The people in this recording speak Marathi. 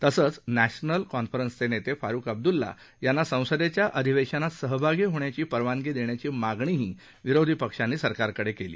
तसंच नॅशनल कॉन्फरन्सचे नेते फारूख अब्दल्ला यांना संसदेच्या अधिवेशनात सहभागी होण्याची परवानगी देण्याची मागणीही विरोधी पक्षांनी सरकारकडे केली